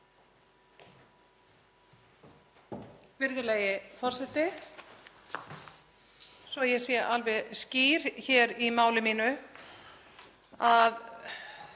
Virðulegi forseti. Svo að ég sé alveg skýr í máli mínu þá